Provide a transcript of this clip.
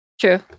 True